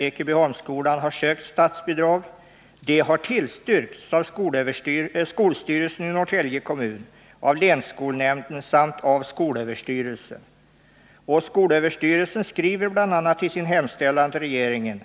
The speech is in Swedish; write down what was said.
Ekebyholmsskolan har sökt statsbidrag. Detta har tillstyrkts av skolsty Skolöverstyrelsen skriver bl.a. i sin hemställan till regeringen